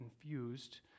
confused